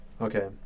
Okay